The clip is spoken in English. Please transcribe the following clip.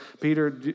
Peter